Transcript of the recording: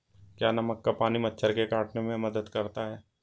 क्या नमक का पानी मच्छर के काटने में मदद करता है?